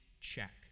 check